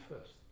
first